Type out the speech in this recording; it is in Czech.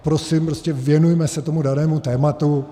Prosím, věnujme se tomu danému tématu.